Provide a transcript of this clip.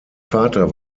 vater